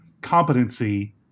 competency